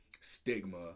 stigma